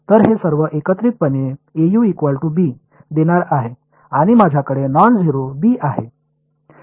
तर हे सर्व एकत्रितपणे देणार आहे आणि माझ्याकडे नॉन झेरो b आहे मला नॉन झेरो u देखील मिळेल